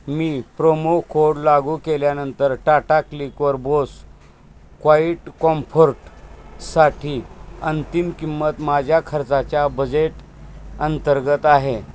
मी promo code लागू केल्यानंतर टाटा क्लिकवर बोस क्वाईट कॉम्फर्टसाठी अंंतिम किंमत माझ्या खर्चाच्या बजेट अंतर्गत आहे